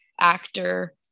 actor